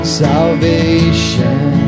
salvation